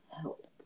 help